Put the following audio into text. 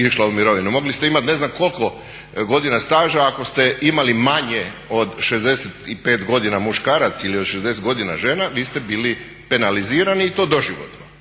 išla u mirovinu. Mogli ste imati ne znam koliko godina staža ako ste imali manje od 65 godina muškarac ili od 60 godina žena vi ste bili penalizirani i to doživotno.